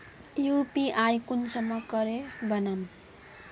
UPI कुंसम करे बनाम?